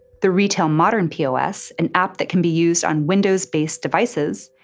the retail modern pos, an app that can be used on windows-based devices,